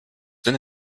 denn